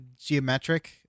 geometric